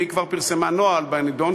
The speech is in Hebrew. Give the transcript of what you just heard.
והיא כבר פרסמה נוהל בנדון,